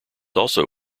also